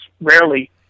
rarely